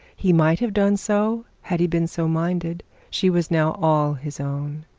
he might have done so, had he been so minded. she was now all his own.